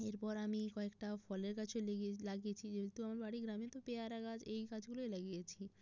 এরপর আমি কয়েকটা ফলের গাছও লাগিয়েছি যেহেতু আমার বাড়ি গ্রামে তো পেয়ারা গাছ এই গাছগুলোই লাগিয়েছি